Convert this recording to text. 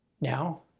Now